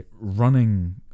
running